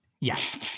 Yes